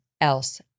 else